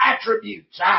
attributes